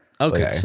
Okay